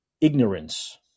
ignorance